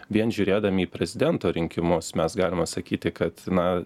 vien žiūrėdami į prezidento rinkimus mes galima sakyti kad na